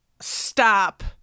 stop